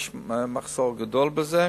יש מחסור גדול בזה,